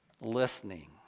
Listening